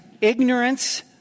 ignorance